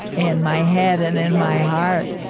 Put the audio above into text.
in my head and in my heart,